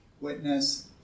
witness